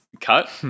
Cut